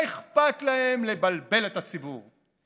מה אכפת להם לבלבל את הציבור?